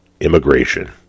immigration